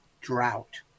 drought